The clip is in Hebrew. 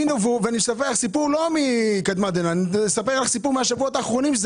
אני אספר לך סיפור מהשבועות האחרונים.